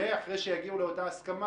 אחרי שיגיעו לאותה הסכמה,